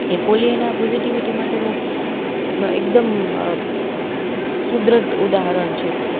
એ Pollyanna positivity માટેનું એકદમ સુદ્રઢ ઉદાહરણ છે